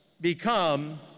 become